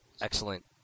Excellent